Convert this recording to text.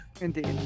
Indeed